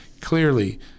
clearly